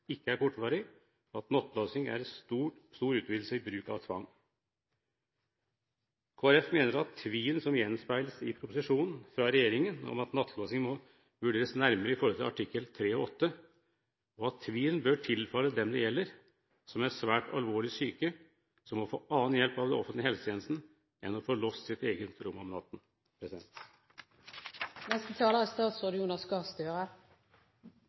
ikke er kortvarig, og at nattelåsing er en stor utvidelse av bruk av tvang. Kristelig Folkeparti mener at tvilen som gjenspeiles i proposisjonen fra regjeringen om at nattelåsing må vurderes nærmere i forhold til artikkel 3 og 8, bør tilfalle dem det gjelder, som er svært alvorlig psykisk syke, og som må få annen hjelp av den offentlige helsetjenesten enn å få låst sitt eget rom om natten. De aller fleste pasienter med psykiske lidelser er